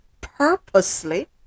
purposely